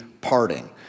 parting